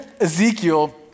Ezekiel